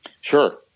Sure